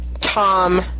Tom